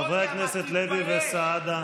חברי הכנסת לוי וסעדה.